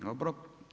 Dobro.